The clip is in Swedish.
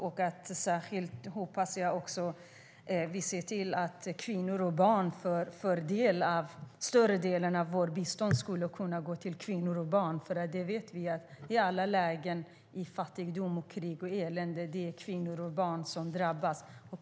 Jag önskar särskilt att en större del av vårt bistånd skulle gå till kvinnor och barn. Vi vet att i alla lägen, i fattigdom, krig och elände, är det kvinnorna och barnen som drabbas.